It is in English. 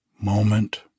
moment